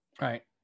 right